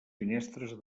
finestres